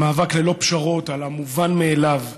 של מאבק ללא פשרות על המובן מאליו: